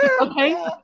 Okay